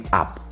up